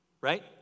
Right